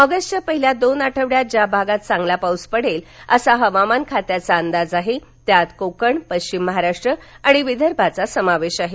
ऑगस्टच्या पहिल्या दोन आठवड्यात ज्या भागांत चांगला पाऊस पडेल असा हवामान खात्याचा अंदाज आहे त्यात कोकण पश्चिम महाराष्ट्र आणि विदर्भाचा समावेश आहे